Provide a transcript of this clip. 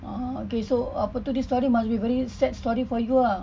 ah okay so apa tu this story must be very sad for you ah